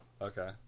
Okay